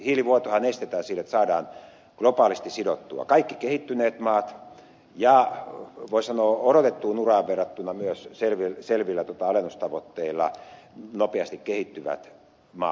hiilivuotohan estetään sillä että saadaan globaalisti sidottua kaikki kehittyneet maat ja voi sanoa myös odotettuun uraan verrattuna selvillä alennustavoitteilla nopeasti kehittyvät maat